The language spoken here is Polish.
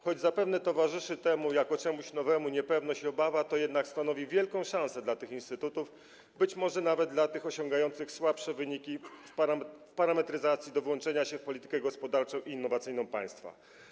Choć zapewne towarzyszy temu, jako czemuś nowemu, niepewność i obawa, to jednak stanowi to wielką szansę dla tych instytutów, być może nawet dla tych osiągających słabsze wyniki w parametryzacji, na włączenie się w politykę gospodarczą i innowacyjną państwa.